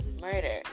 murder